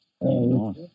nice